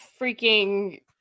freaking